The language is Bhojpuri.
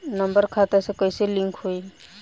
नम्बर खाता से कईसे लिंक होई?